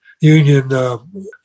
union